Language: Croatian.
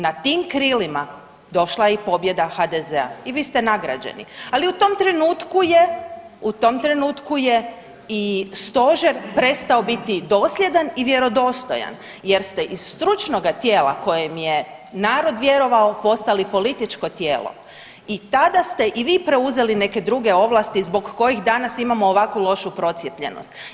Na tim krilima došla je i pobjeda HDZ-a i vi ste nagrađeni, ali u tom trenutku je, u tom trenutku je i Stožer prestao biti dosljedan i vjerodostojan jer ste iz stručnoga tijela kojem je narod vjerovao postali političko tijelo i tada ste i vi preuzeli neke druge ovlasti zbog kojih danas imamo ovako lošu procijepljenost.